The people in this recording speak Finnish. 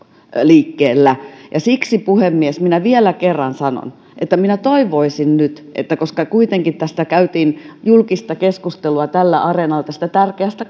liikkeellä siksi puhemies minä vielä kerran sanon että minä toivoisin nyt että koska kuitenkin käytiin julkista keskustelua tällä areenalla tästä tärkeästä